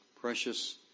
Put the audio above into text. precious